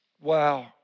Wow